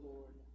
Lord